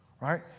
Right